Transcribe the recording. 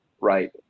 right